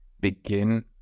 begin